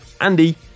Andy